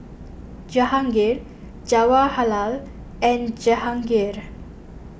Jahangir Jawaharlal and Jehangirr